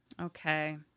Okay